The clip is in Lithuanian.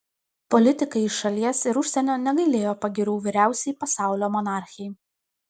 politikai iš šalies ir užsienio negailėjo pagyrų vyriausiai pasaulio monarchei